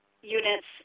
units